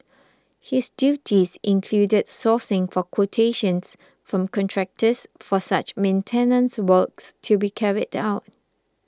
his duties included sourcing for quotations from contractors for such maintenance works to be carried out